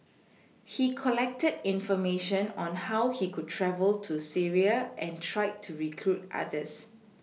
he collected information on how he could travel to Syria and tried to recruit others